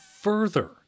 further